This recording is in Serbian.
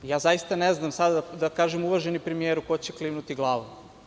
Zaista ne znam sada da kažem, uvaženi premijeru, ko će klimnuti glavom?